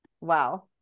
Wow